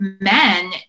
men